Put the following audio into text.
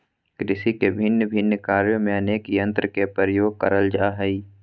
कृषि के भिन्न भिन्न कार्य में अनेक यंत्र के प्रयोग करल जा हई